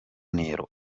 nero